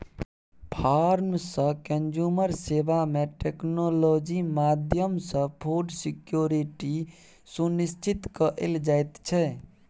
farm सँ consumer सेबा मे टेक्नोलॉजी माध्यमसँ फुड सिक्योरिटी सुनिश्चित कएल जाइत छै